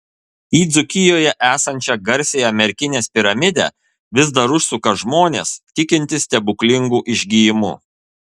į dzūkijoje esančią garsiąją merkinės piramidę vis dar užsuka žmonės tikintys stebuklingu išgijimu